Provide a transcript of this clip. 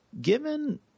given